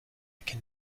can